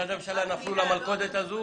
ומשרדי הממשלה נפלו למלכודת הזאת